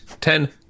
ten